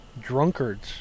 drunkards